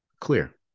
clear